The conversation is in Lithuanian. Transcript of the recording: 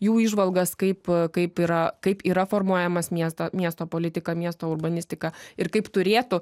jų įžvalgas kaip kaip yra kaip yra formuojamas miesto miesto politika miesto urbanistika ir kaip turėtų